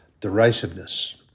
Derisiveness